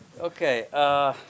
okay